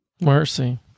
mercy